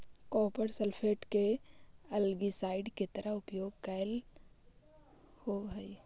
copper sulphate के algicide के तरह उपयोग होवऽ हई